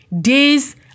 days